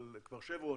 אבל כבר 'שברון',